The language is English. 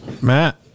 Matt